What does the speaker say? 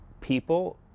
people